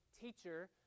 teacher